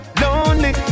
lonely